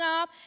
up